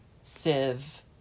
sieve